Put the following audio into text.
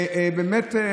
ובאמת,